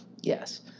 Yes